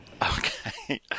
Okay